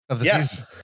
Yes